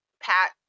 pat